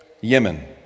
Yemen